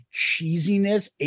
cheesiness